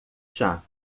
chá